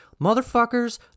Motherfuckers